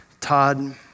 Todd